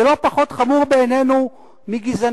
זה לא פחות חמור בעינינו מגזענות,